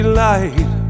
light